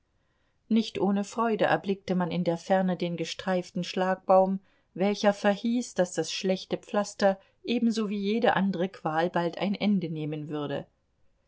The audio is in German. nicht ohne freude erblickte man in der ferne den gestreiften schlagbaum welcher verhieß daß das schlechte pflaster ebenso wie jede andere qual bald ein ende nehmen würde